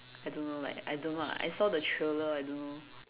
I don't know like I don't know I saw the trailer I don't know